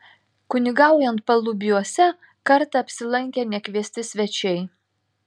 kunigaujant palubiuose kartą apsilankė nekviesti svečiai